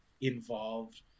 involved